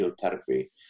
therapy